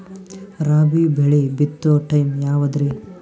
ರಾಬಿ ಬೆಳಿ ಬಿತ್ತೋ ಟೈಮ್ ಯಾವದ್ರಿ?